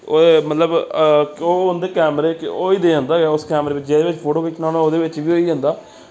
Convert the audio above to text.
ओह् मतलब कि ओह् होंदे कैमरे होई ते जंदा गै उस कैमरे बिच्च जेह्दे बिच्च फोटो खिच्चना होऐ ओह्दे बिच्च बी होई जंदा